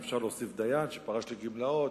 אפשר להוסיף דיין שפרש לגמלאות,